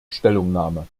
stellungnahme